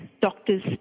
doctors